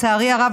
לצערי הרב,